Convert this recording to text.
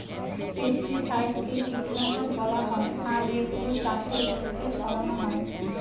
পেস্টিসাইডকে কীটনাশক বলা হয় আর এগুলা চাষের জমিতে ছড়ানো হয়